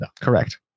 Correct